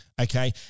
okay